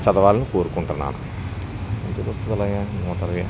చదవాలని కోరుకుంటున్నాను ఇంత పుస్తకాలగా మాదిరిగా